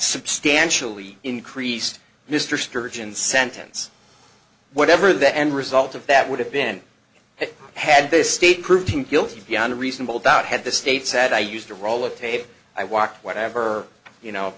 substantially increased mr sturgeon sentence whatever the end result of that would have been had they stayed proven guilty beyond a reasonable doubt had the state said i used a roll of tape i walk whatever you know